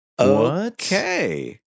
Okay